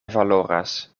valoras